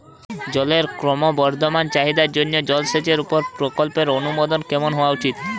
জলের ক্রমবর্ধমান চাহিদার জন্য জলসেচের উপর প্রকল্পের অনুমোদন কেমন হওয়া উচিৎ?